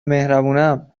مهربونم